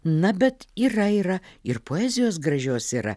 na bet yra yra ir poezijos gražios yra